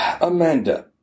Amanda